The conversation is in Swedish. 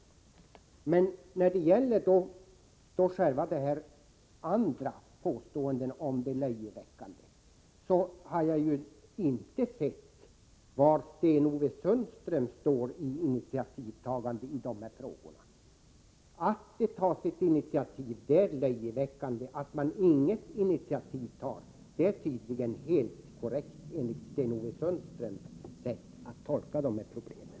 Sten-Ove Sundström påstår att mitt förslag är löjeväckande, men jag har inte hört något om var han själv står i fråga om initiativtagande i dessa frågor. Att det tas ett initiativ är löjeväckande — att man inget initiativ tar är tydligen helt korrekt enligt Sten-Ove Sundströms sätt att tolka de här problemen.